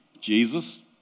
Jesus